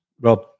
Rob